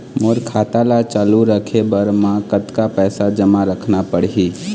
मोर खाता ला चालू रखे बर म कतका पैसा जमा रखना पड़ही?